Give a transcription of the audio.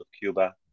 Cuba